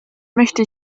möchte